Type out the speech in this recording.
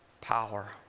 power